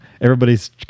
everybody's